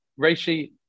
Reishi